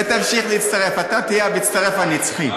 ותמשיך להצטרף, אתה תהיה המצטרף הנצחי.